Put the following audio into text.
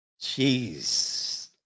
Jeez